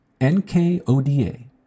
N-K-O-D-A